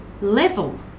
level